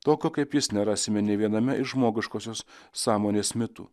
tokio kaip jis nerasime nė viename iš žmogiškosios sąmonės mitų